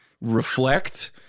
reflect